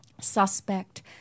suspect